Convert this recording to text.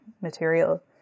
material